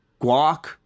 Guac